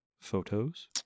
photos